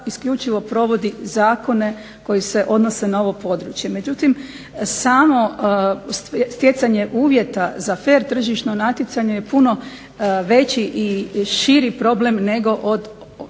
isključivo provodi zakone koji se odnose na ovo područje. Međutim, samo stjecanje uvjeta za fer tržišno natjecanje je puno veći i širi problem nego od